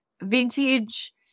vintage